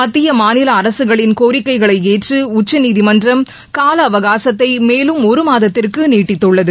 மத்திய மாநில அரசுகளின் கோரிக்கைகளை ஏற்று உச்சநீதிமன்றம் கால அவகாசத்தை மேலும் ஒரு மாதத்திற்கு நீட்டித்துள்ளது